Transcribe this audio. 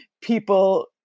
People